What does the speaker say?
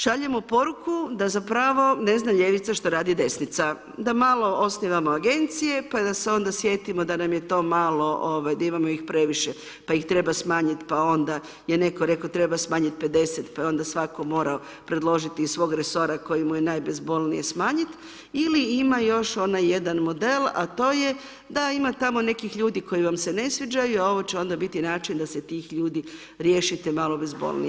Šaljemo poruku da zapravo ne zna ljevica što radi desnica, da malo osnivamo agencije, pa da se onda sjetimo, da nam je to malo, da imamo previše, pa ih treba smanjiti, pa onda je netko rekao, treba smanjiti 50, pa onda svako mora predložiti iz svoga resora, koji mu je najbezbolniji smanjiti, ili ima još onaj jedan model, a to je da ima tamo nekih ljudi koji vam se ne sviđaju, a ovo će onda biti način, da se tih ljudi riješite malo bezbolnije.